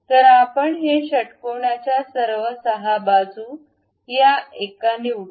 तर आपण हे षटकोनच्या सर्व 6 बाजू या एका निवडू